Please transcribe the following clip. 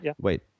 Wait